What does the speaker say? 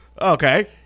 Okay